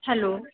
hello